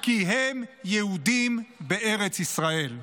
כי הם יהודים בארץ ישראל.